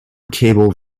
cable